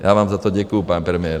Já vám za to děkuji, pane premiére.